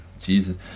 Jesus